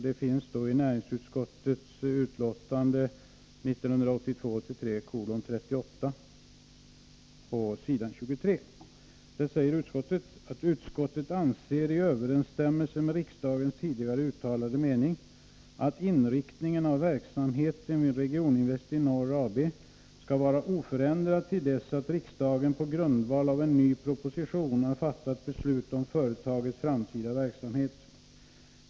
Det står i näringsutskottets betänkande 1982/83:38, s. 23. ”Utskottet anser i överensstämmelse med riksdagens tidigare uttalade mening att inriktningen av verksamheten vid Regioninvest i Norr AB skall vara oförändrad till dess att riksdagen på grundval av en ny proposition har fattat beslut om företagets framtida verksamhet.